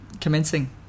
commencing